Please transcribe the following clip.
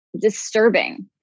disturbing